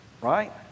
right